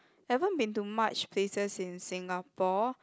haven't been to much places in Singapore